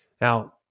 Now